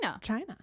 China